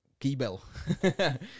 Keybell